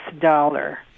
dollar